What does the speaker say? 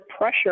pressure